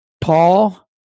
Paul